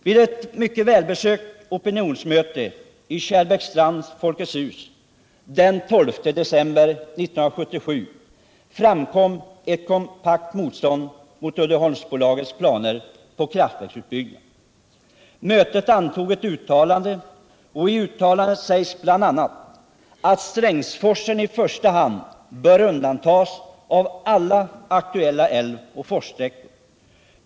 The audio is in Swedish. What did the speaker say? Vid ett mycket välbesökt opinionsmöte i Kärrbäcksstrands Folkets hus den 12 december 1977 framkom ett kompakt motstånd mot Uddeholmsbolagets planer på kraftverksutbyggnad. Mötet antog ett uttalande. I uttalandet sägs bl.a. att Strängsforsen i första hand bör undantas av alla aktuella älvoch forssträckor.